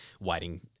waiting